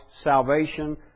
salvation